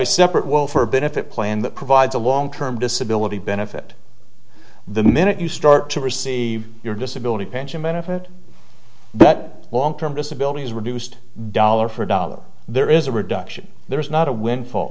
a separate will for a benefit plan that provides a long term disability benefit the minute you start to receive your disability pension benefit that long term disability is reduced dollar for dollar there is a reduction there is not a windfall